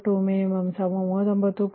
76ಮತ್ತು 2min39